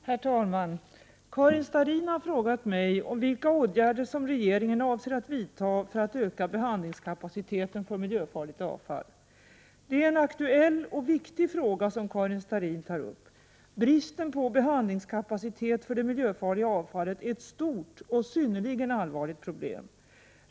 Herr talman! Karin Starrin har frågat mig om vilka åtgärder regeringen avser att vidta för att öka behandlingskapaciteten för miljöfarligt avfall. Det är en aktuell och viktig fråga som Karin Starrin tar upp. Bristen på behandlingskapacitet för det miljöfarliga avfallet är ett stort och synnerligen allvarligt problem.